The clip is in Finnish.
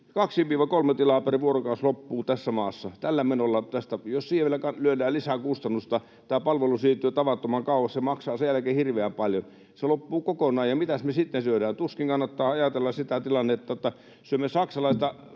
2—3 tilaa per vuorokausi loppuu tässä maassa. Tällä menolla, jos siihen vielä lyödään lisää kustannusta, tämä palvelu siirtyy tavattoman kauas. Se maksaa sen jälkeen hirveän paljon. Se loppuu kokonaan, ja mitäs me sitten syödään? Tuskin kannattaa ajatella sitä tilannetta, että syömme saksalaista